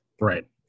Right